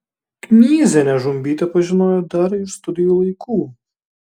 knyzienę žumbytė pažinojo dar iš studijų laikų